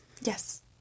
yes